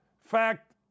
fact